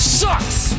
sucks